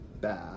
bad